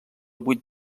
vuit